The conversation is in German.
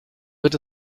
wird